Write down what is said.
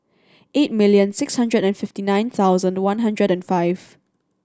eight million six hundred and fifty nine thousand one hundred and five